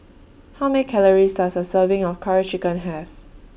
How Many Calories Does A Serving of Curry Chicken Have